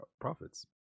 profits